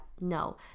no